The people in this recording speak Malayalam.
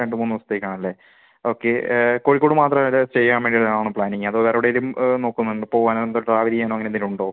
രണ്ടു മൂന്ന് ദിവസത്തേക്കാണല്ലേ ഓക്കെ കോഴിക്കോട് മാത്രം എവിടെ സ്റ്റേ ചെയ്യാൻ വേണ്ടിയിട്ടാണോ പ്ലാനിംഗ് അതോ വേറെ എവിടെയെങ്കിലും നോക്കുന്നുണ്ടോ പോവാൻ ട്രാവൽ ചെയ്യാനോ അങ്ങനെ എന്തെങ്കിലുമുണ്ടോ